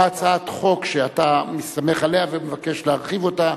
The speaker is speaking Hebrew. היתה הצעת חוק שאתה מסתמך עליה ומבקש להרחיב אותה,